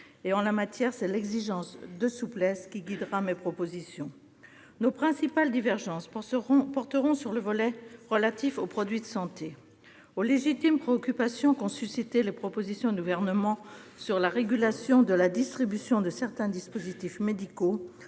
En la matière, c'est l'exigence de souplesse qui guidera mes propositions. Nos principales divergences porteront sur le volet relatif aux produits de santé. En réponse aux légitimes préoccupations qu'ont suscitées les propositions du Gouvernement sur la régulation de la distribution de certains dispositifs médicaux,